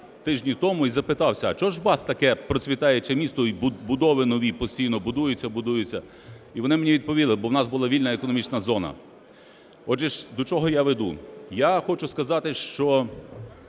тижні тому і запитався, а чого ж у вас таке процвітаюче місто і будови нові постійно будуються, будуються? І вони мені відповіли: бо в нас була вільна економічна зона. Отже ж, до чого я веду? Я хочу сказати, що